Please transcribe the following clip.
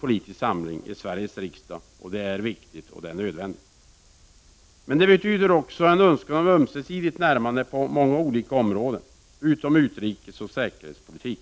politisk samling i Sveriges riksdag. Det betyder också en önskan om ömsesidigt närmande på många olika områden, utom utrikesoch säkerhetspolitik.